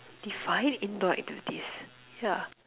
define indoor activities yeah